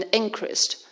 increased